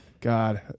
God